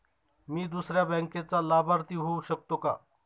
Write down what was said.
मी दुसऱ्या बँकेचा लाभार्थी होऊ शकतो का?